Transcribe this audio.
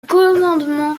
commandement